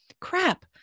crap